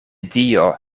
dio